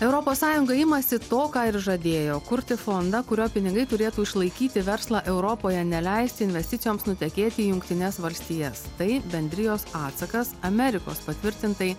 europos sąjunga imasi to ką ir žadėjo kurti fondą kurio pinigai turėtų išlaikyti verslą europoje neleisti investicijoms nutekėti į jungtines valstijas tai bendrijos atsakas amerikos patvirtintai